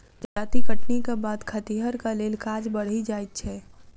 जजाति कटनीक बाद खतिहरक लेल काज बढ़ि जाइत छै